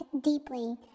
deeply